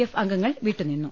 F അംഗങ്ങൾ വിട്ടുനിന്നു